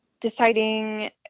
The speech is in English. deciding